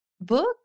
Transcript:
book